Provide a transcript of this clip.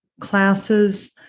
classes